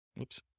Oops